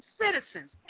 citizens